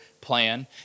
plan